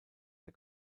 der